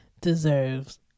deserves